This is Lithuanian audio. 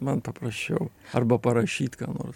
man paprasčiau arba parašyt ką nors